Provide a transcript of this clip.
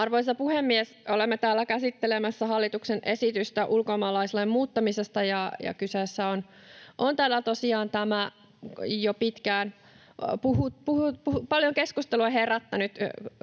Arvoisa puhemies! Olemme täällä käsittelemässä hallituksen esitystä ulkomaalaislain muuttamisesta, ja kyseessä on tosiaan tämä paljon keskustelua herättänyt